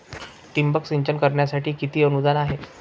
ठिबक सिंचन करण्यासाठी किती अनुदान आहे?